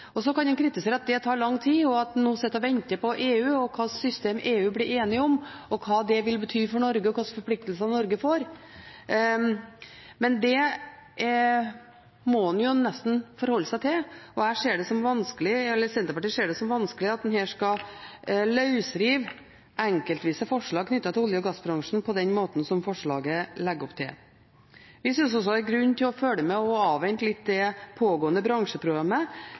Så kan man kritisere at det tar lang tid, og at man nå sitter og venter på EU og hva slags system EU blir enig om, og på hva det vil bety for Norge og hvilke forpliktelser Norge får. Men det må man jo nesten forholde seg til, og Senterpartiet ser det som vanskelig at man her skal løsrive enkeltvise forslag knyttet til olje- og gassbransjen på den måten som forslaget legger opp til. Vi synes også det er grunn til å følge med på og avvente litt det pågående bransjeprogrammet,